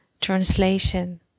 translation